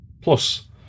Plus